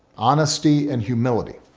honesty and humility,